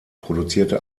produzierte